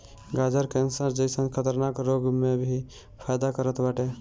गाजर कैंसर जइसन खतरनाक रोग में भी फायदा करत बाटे